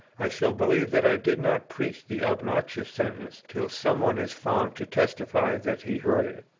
i shall believe that i did not preach the obnoxious sentence till some one is found to testify that he heard it.